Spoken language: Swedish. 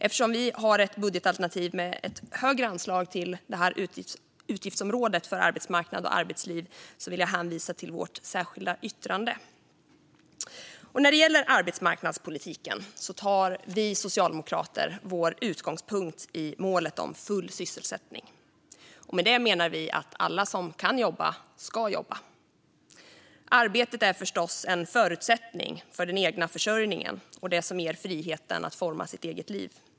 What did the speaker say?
Eftersom vi har ett budgetalternativ med ett större anslag till utgiftsområdet Arbetsmarknad och arbetsliv vill jag hänvisa till vårt särskilda yttrande. När det gäller arbetsmarknadspolitiken tar vi socialdemokrater vår utgångspunkt i målet om full sysselsättning. Med det menar vi att alla som kan jobba ska jobba. Arbete är förstås en förutsättning för den egna försörjningen och det som ger människor frihet att forma sitt eget liv.